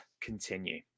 continue